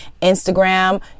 Instagram